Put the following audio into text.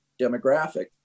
demographic